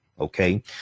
okay